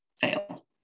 fail